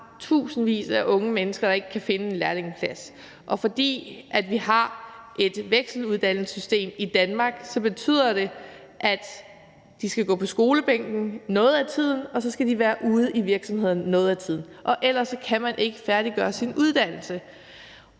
vi har tusindvis af unge mennesker, der ikke kan finde en lærlingepladser, og fordi vi har et vekseluddannelsessystem i Danmark, der betyder, at de skal være på skolebænken i noget af tiden, og at de så skal være ude i virksomhederne i noget af tiden, og ellers kan man ikke færdiggøre sin uddannelse.